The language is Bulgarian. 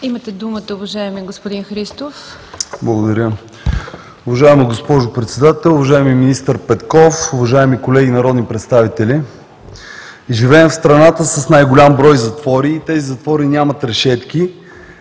Имате думата, уважаеми господин Христов. МИХАИЛ ХРИСТОВ (БСП за България): Благодаря. Уважаема госпожо Председател, уважаеми министър Петков, уважаеми колеги народни представители! Живеем в страната с най-голям брой затвори и тези затвори нямат решетки,